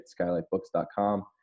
skylightbooks.com